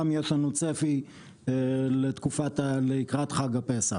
גם יש לנו צפי לתקופה שלקראת חג הפסח.